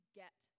get